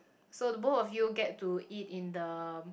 so the both of you get to eat in the